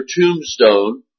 tombstone